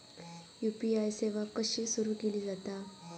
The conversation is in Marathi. यू.पी.आय सेवा कशी सुरू केली जाता?